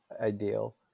ideal